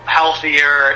healthier